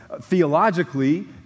Theologically